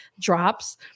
drops